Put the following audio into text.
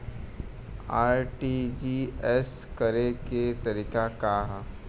RTGS करे के तरीका का हैं?